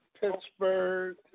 Pittsburgh